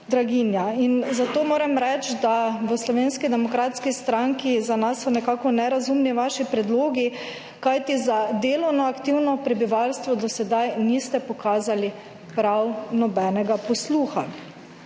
12.40** (nadaljevanje) v Slovenski demokratski stranki za nas so nekako nerazumni vaši predlogi. Kajti za delovno aktivno prebivalstvo do sedaj niste pokazali prav nobenega posluha.